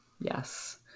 Yes